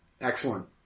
Excellent